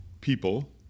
people